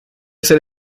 hacer